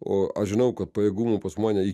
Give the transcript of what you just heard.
o aš žinau kad pajėgumų pas mane į